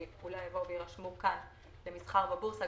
שאולי יבואו ויירשמו כאן במסחר בבורסה,